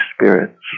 Spirit's